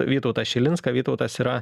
vytautą šilinską vytautas yra